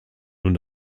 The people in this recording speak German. nun